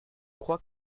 crois